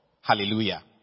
Hallelujah